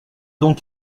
donc